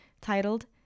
titled